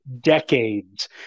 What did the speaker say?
decades